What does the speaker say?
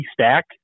stack